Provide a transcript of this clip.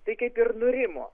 tai kaip ir nurimo